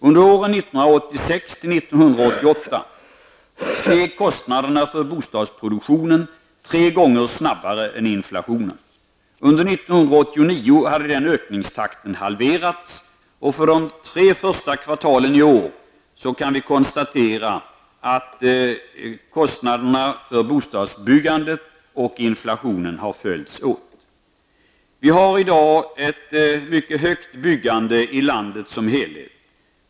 Under åren 1986--1988 steg kostnaderna för bostadsproduktionen tre gånger snabbare än inflationen. Under 1989 hade den ökningstakten halverats, och för de tre första kvartalen i år kan vi konstatera att kostnaderna för bostadsbyggandet och inflationen har följts åt. Vi har i dag ett mycket omfattande byggande i landet som helhet.